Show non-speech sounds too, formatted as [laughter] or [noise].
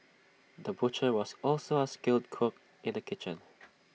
the butcher was also A skilled cook in the kitchen [noise]